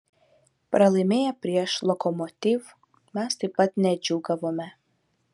pralaimėję prieš lokomotiv mes taip pat nedžiūgavome